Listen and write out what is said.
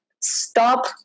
stop